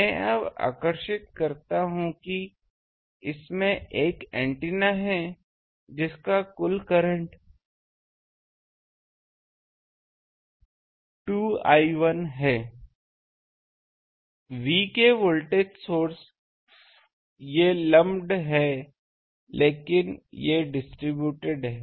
मैं अब आकर्षित कर सकता हूं इसमें एक एंटीना है जिसका कुल करंट 2 I1 है V के वोल्टेज सोर्स ये लम्पड हैं लेकिन ये डिस्ट्रिब्यूटेड हैं